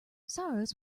sorrows